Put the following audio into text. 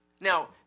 Now